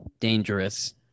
dangerous